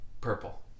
Purple